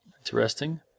Interesting